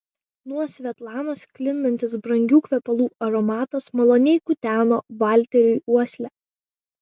nuo svetlanos sklindantis brangių kvepalų aromatas maloniai kuteno valteriui uoslę